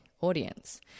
audience